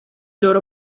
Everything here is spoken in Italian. loro